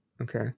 Okay